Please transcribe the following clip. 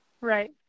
Right